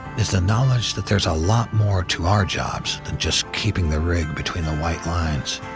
is the knowledge that there's a lot more to our jobs than just keeping the rig between the white lines.